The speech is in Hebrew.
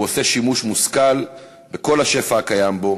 הוא עושה שימוש מושכל בכל השפע הקיים בו,